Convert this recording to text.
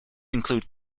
include